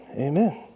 amen